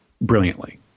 brilliantly